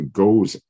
goes